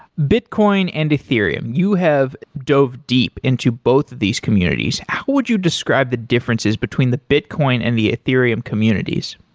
bitcoin and ethereum, you have dove deep into both of these communities. how would you describe the differences between the bitcoin and the ethereum communities?